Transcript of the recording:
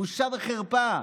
בושה וחרפה.